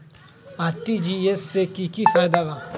RTGS से की की फायदा बा?